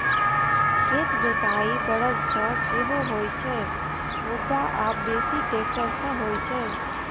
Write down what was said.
खेतक जोताइ बरद सं सेहो होइ छै, मुदा आब बेसी ट्रैक्टर सं होइ छै